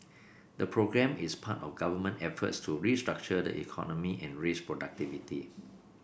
the programme is part of government efforts to restructure the economy and raise productivity